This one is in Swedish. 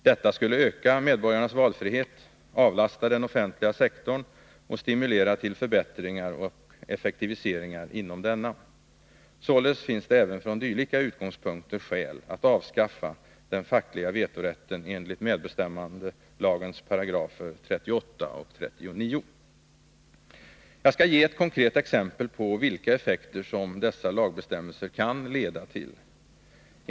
Detta skulle öka medborgarnas valfrihet, avlasta den offentliga sektorn och stimulera till förbättringar och effektiviseringar inom denna. Således finns det även från dylika utgångspunkter skäl att avskaffa den fackliga vetorätten enligt medbestämmandelagens 38 och 39 §§. Jag skall ge ett konkret exempel på vilka effekter som dessa lagbestämmelser kan leda till.